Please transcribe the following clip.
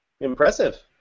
Impressive